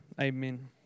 amen